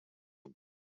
hem